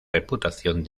reputación